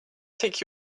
take